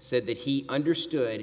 said that he understood